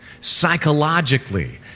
Psychologically